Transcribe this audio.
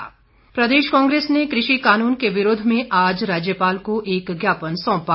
कुलदीप राठौर प्रदेश कांग्रेस ने कृषि कानून के विरोध में आज राज्यपाल को एक ज्ञापन सौंपा